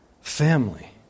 family